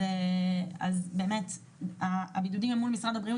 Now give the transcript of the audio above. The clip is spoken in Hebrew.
אז באמת הבידודים הם מול משרד הבריאות